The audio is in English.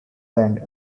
land